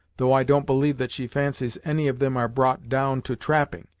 though i don't believe that she fancies any of them are brought down to trapping,